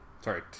Sorry